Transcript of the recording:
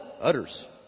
utters